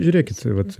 žiūrėkit vat